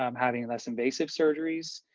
um having less invasive surgeries,